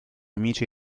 amici